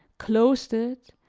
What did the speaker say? closed it,